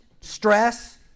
stress